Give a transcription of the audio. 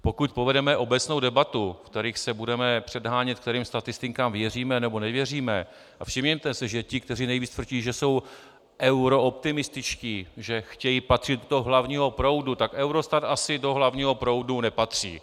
Pokud povedeme obecnou debatu, ve které se budeme předhánět, kterým statistikám věříme nebo nevěříme a všimněte si, že ti, kteří nejvíc tvrdí, že jsou eurooptimističtí, že chtějí patřit do hlavního proudu, tak Eurostat asi do hlavního proudu nepatří.